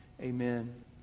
Amen